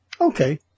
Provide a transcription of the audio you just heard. Okay